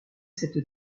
cette